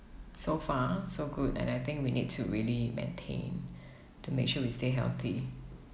so far so good and I think we need to really maintain to make sure we stay healthy